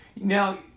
Now